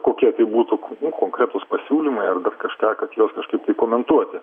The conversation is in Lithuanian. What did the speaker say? kokie būtų nu konkretūs pasiūlymai ar dar kažką kad juos kažkaip tai komentuoti